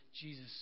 Jesus